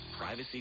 Privacy